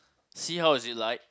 see how is it like